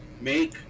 Make